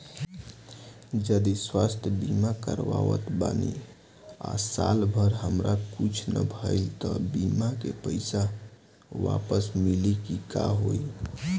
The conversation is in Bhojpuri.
जदि स्वास्थ्य बीमा करावत बानी आ साल भर हमरा कुछ ना भइल त बीमा के पईसा वापस मिली की का होई?